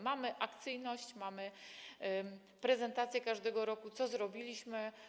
Mamy akcyjność, mamy prezentację każdego roku tego, co zrobiliśmy.